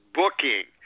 booking